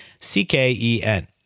C-K-E-N